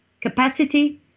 capacity